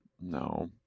No